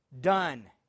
done